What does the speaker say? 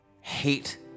hate